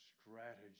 strategy